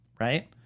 right